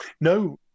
No